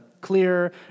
clear